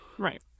Right